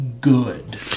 good